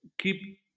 keep